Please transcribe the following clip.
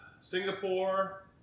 Singapore